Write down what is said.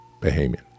Bahamian